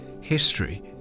history